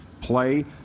play